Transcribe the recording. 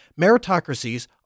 meritocracies